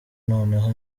noneho